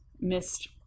missed